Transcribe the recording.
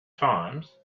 times